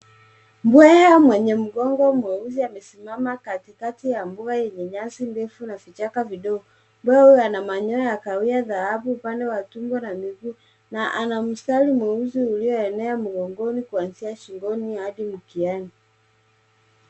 Mbweha mwenye mgongo mweusi amesimama katikati ya mbuga yenye nyasi ndefu na vichaka vidogo. Mbweha huyu ana manyoya ya kahawia dhahabu upande wa tumbo na miguu na ana mstari mweusi ulioenea mgongoni kuanzia shingoni hadi mkiani.